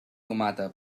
tomata